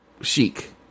chic